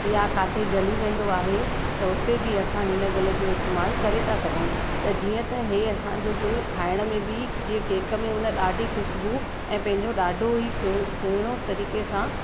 या किथे जली वेंदो आहे त उते बि असां हिन गुल जो इस्तेमालु करे था सघूं त जीअं त हे असांजो गुल खाइण में बि जीअं केक में उन ॾाढी ख़ुशबू ऐं पंहिंजो ॾाढो ई सुहि सुहिणो तरीक़े सां